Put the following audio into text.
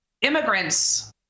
immigrants